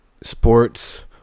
sports